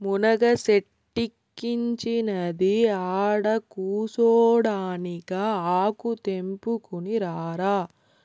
మునగ సెట్టిక్కించినది ఆడకూసోడానికా ఆకు తెంపుకుని రారా